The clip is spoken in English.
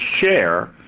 share